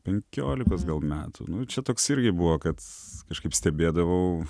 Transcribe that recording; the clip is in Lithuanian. penkiolikos metų nu čia toks irgi buvo kad kažkaip stebėdavau